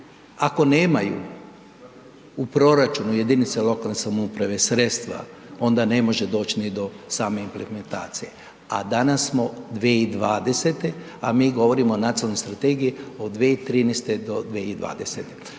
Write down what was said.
Ako nemaju u proračunu jedinice lokalne samouprave sredstva, onda ne može doć ni do same implementacije a danas smo 2020. a mi govorimo o nacionalnoj strategiji od 2013. do 2020.